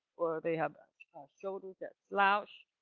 or they have shoulders that slouch,